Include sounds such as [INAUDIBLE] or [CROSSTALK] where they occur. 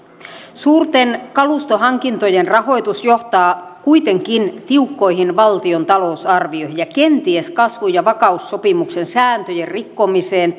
suurten kalustohankintojen rahoitus johtaa kuitenkin tiukkoihin valtion talousarvioihin ja kenties kasvu ja vakaussopimuksen sääntöjen rikkomiseen [UNINTELLIGIBLE]